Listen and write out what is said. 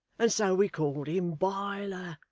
and so we called him biler,